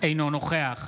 אינו נוכח